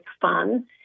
fun